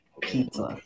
pizza